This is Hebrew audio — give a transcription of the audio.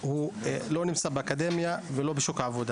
אם מדברים על אפליה ועל ההזנחה,